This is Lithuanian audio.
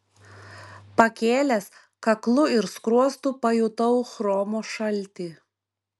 pakėlęs kaklu ir skruostu pajutau chromo šaltį